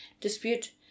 dispute